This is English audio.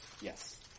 Yes